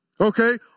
okay